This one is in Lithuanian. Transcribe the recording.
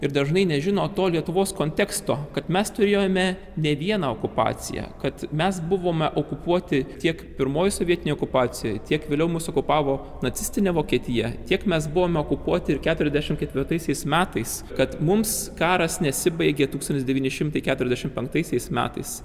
ir dažnai nežino to lietuvos konteksto kad mes turėjome ne vieną okupaciją kad mes buvome okupuoti tiek pirmoj sovietinėj okupacijoj tiek vėliau mus okupavo nacistinė vokietija tiek mes buvome okupuoti ir keturiasdešimt ketvirtaisiais metais kad mums karas nesibaigė tūkstantis devyni šimtai keturiasdešimt penktaisiais metais